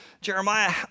Jeremiah